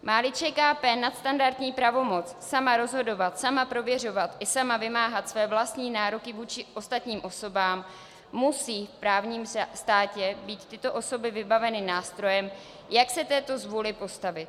Máli ČKP nadstandardní pravomoc sama rozhodovat, sama prověřovat i sama vymáhat své vlastní nároky vůči ostatním osobám, musí v právním státě být tyto osoby vybaveny nástrojem, jak se této zvůli postavit.